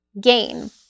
gain